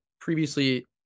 previously